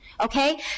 Okay